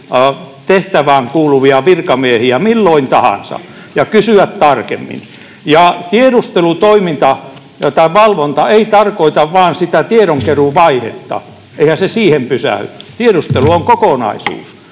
tehtävään kuuluvia virkamiehiä milloin tahansa ja kysyä tarkemmin. Tiedustelun valvonta ei tarkoita vain sitä tiedonkeruuvaihetta — eihän se siihen pysähdy. Tiedustelu on kokonaisuus,